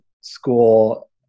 school